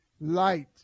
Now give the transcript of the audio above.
light